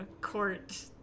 court